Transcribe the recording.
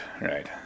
right